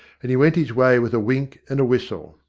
and he went his way with a wink and a whistle.